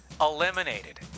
eliminated